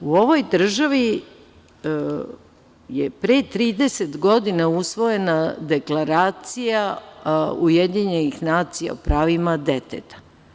U ovoj državi je pre 30 godina usvojena Deklaracija UN o pravima deteta.